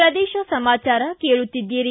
ಪ್ರದೇಶ ಸಮಾಚಾರ ಕೇಳುತ್ತಿದ್ದೀರಿ